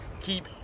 keep